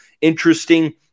interesting